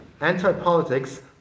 anti-politics